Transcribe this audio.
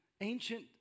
ancient